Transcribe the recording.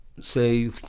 say